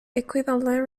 equivalent